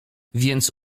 więc